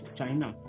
China